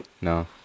No